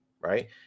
right